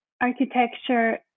architecture